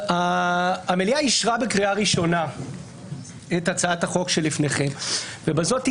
המליאה אישרה בקריאה ראשונה את הצעת החוק שבפניכם ובזאת היא